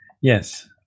yes